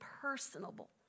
personable